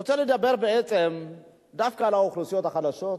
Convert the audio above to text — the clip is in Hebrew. לדבר דווקא על האוכלוסיות החלשות,